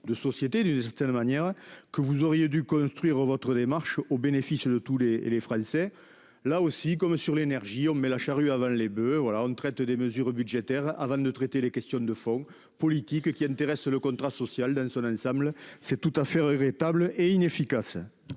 de sociétés d'une certaine manière que vous auriez dû construire votre démarche au bénéfice de tous les les Français là aussi, comme sur l'énergie. On met la charrue avant les boeufs. Voilà on traite des mesures budgétaires avant de traiter les questions de fond politique qui intéresse le contrat social dans son ensemble, c'est tout à fait regrettable et inefficace.